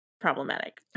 problematic